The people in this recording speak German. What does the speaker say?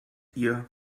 ihr